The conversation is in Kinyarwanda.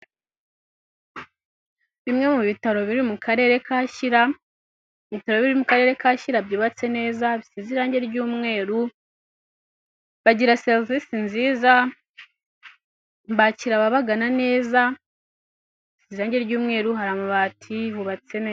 Bimwe mu bitaro biri mu karere ka Shyira, ibitaro biri mu karere ka Shyira byubatse neza bisize irangi ry'umweru, bagira serivisi nziza, bakira ababagana neza, irangi ry'umweru hari amabati yubatse ne....